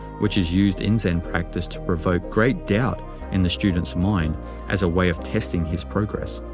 which is used in zen practice to provoke great doubt in the student's mind as a way of testing his progress.